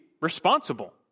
responsible